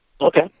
Okay